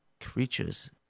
creatures